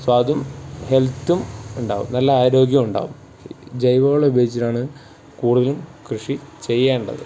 സ്വാദും ഹെൽത്തും ഉണ്ടാവും നല്ല ആരോഗ്യം ഉണ്ടാവും ശരിക്കും ജൈവവളം ഉപയോഗിച്ചിട്ടാണ് കൂടുതലും കൃഷി ചെയ്യേണ്ടത്